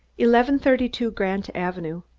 eleven thirty-two grant avenue.